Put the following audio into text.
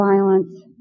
violence